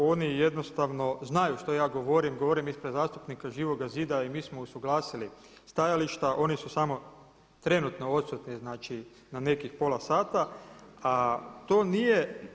Oni jednostavno znaju što ja govorim, govorim ispred zastupnika Živog zida i mi smo usuglasili stajališta, oni su samo trenutno odsutni znači na nekih pola sata, a to nije.